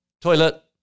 toilet